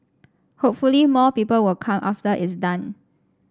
hopefully more people will come after it's done